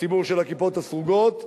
הציבור של הכיפות הסרוגות,